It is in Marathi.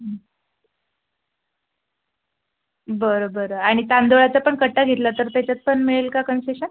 बरं बरं आणि तांदळाचा पण कट्टा घेतला तर त्याच्यात पण मिळेल का कन्सेशन